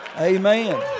amen